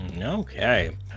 Okay